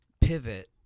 pivot